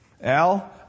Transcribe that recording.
Al